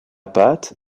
pâte